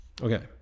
Okay